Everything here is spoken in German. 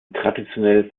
traditionell